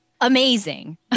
amazing